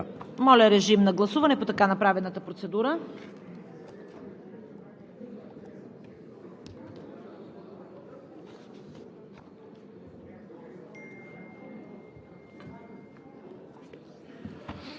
Моля, режим на гласуване по така направената процедура.